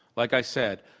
like i said,